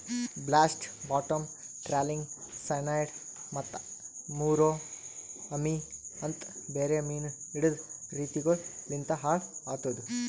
blast, bottom trawling, cyanide ಮತ್ತ ಮುರೋ ಅಮಿ ಅಂತ್ ಬೇರೆ ಮೀನು ಹಿಡೆದ್ ರೀತಿಗೊಳು ಲಿಂತ್ ಹಾಳ್ ಆತುದ್